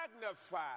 magnify